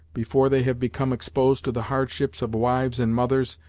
before they have become exposed to the hardships of wives and mothers,